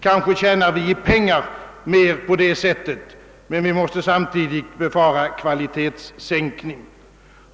Vi tjänar kanske mer på det sättet i pengar, men vi måste samtidigt befara en kvalitetssänkning.